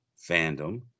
fandom